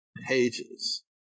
pages